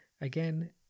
again